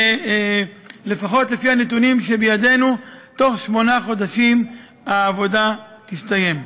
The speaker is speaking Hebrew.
ולפחות לפי הנתונים שבידינו בתוך שמונה חודשים העבודה תסתיים.